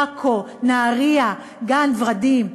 עכו, נהריה, כפר-ורדים?